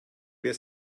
wer